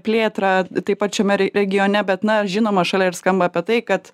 plėtrą taip pat šiame re regione bet na žinoma šalia ir skamba apie tai kad